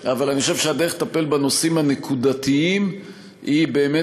אבל אני חושב שהדרך לטפל בנושאים הנקודתיים היא באמת